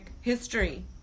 history